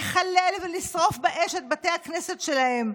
לחלל ולשרוף באש את בתי הכנסת שלהם,